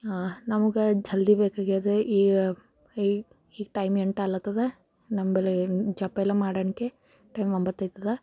ನಮ್ಗೆ ಜಲ್ದಿ ಬೇಕಾಗಿದೆ ಈಗ ಈಗ ಈಗ ಟೈಮ್ ಎಂಟಾಲತ್ತದ ನಂಬಳಿ ಜಪ್ಪೆಲ್ಲ ಮಾಡನ್ಕೆ ಟೈಮ್ ಒಂಬತ್ತು ಆಗ್ತದೆ